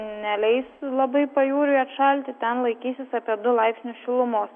neleis labai pajūriui atšalti ten laikysis apie du laipsnius šilumos